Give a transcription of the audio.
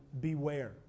beware